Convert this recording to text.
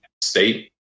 state